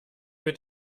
mit